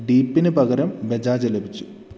ഡീപിന് പകരം ബജാജ് ലഭിച്ചു